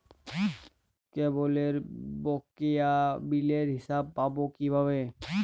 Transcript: কেবলের বকেয়া বিলের হিসাব পাব কিভাবে?